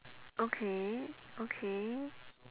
okay okay